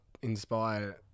inspire